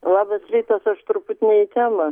labas rytas aš truputį ne į temą